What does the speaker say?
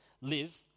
live